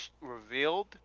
revealed